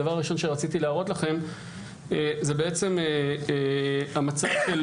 הדבר הראשון שרציתי להראות לכם זה המצב של